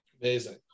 Amazing